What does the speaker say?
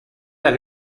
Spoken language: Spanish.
las